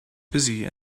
busy